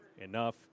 enough